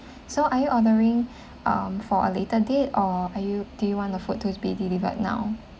so are you ordering um for a later date or are you do you want the food to be delivered now